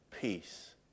peace